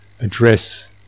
address